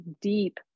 deep